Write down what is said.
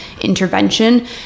intervention